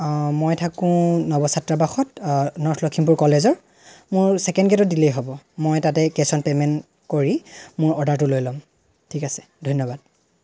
অ মই থাকোঁ নৱ ছাত্ৰাবাসত নৰ্থ লখিমপুৰ কলেজৰ মোৰ চেকেণ্ড গেটত দিলেই হ'ব মই তাতেই কেচ অন পে'মেণ্ট কৰি মোৰ অৰ্ডাৰটো লৈ ল'ম ঠিক আছে ধন্যবাদ